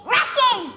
Russian